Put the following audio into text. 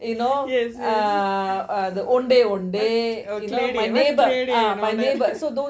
yes yes yes clayday clayday